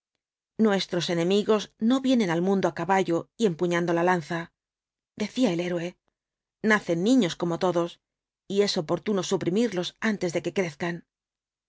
nuestros enemigos no vienen al mundo á caballa y empuñando la lanza decía el héroe nacen niños como todos y es oportuno suprimirlos antes de que crezcan